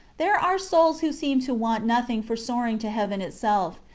there are souls who seem to want nothing for soaring to heaven itself,